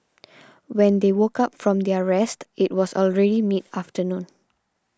when they woke up from their rest it was already mid afternoon